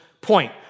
point